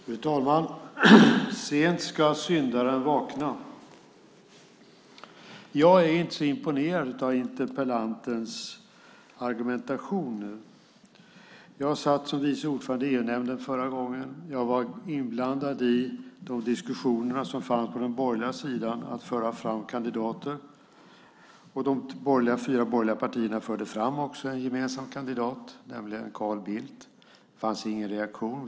Fru talman! Sent ska syndaren vakna. Jag är inte så imponerad av interpellantens argumentation. Jag satt som vice ordförande i EU-nämnden förra gången, och jag var inblandad i de diskussioner som fördes på den borgerliga sidan om att föra fram kandidater. De fyra borgerliga partierna förde också fram en gemensam kandidat, nämligen Carl Bildt. Det fanns ingen reaktion.